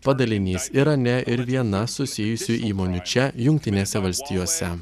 padalinys irane ir viena susijusių įmonių čia jungtinėse valstijose